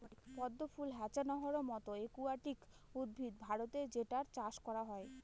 পদ্ম ফুল হ্যাছান্থর মতো একুয়াটিক উদ্ভিদ ভারতে যেটার চাষ করা হয়